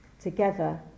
together